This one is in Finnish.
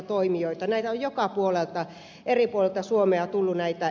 näitä esimerkkejä on eri puolilta suomea tullut